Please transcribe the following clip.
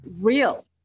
real